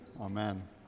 Amen